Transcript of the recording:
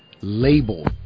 Label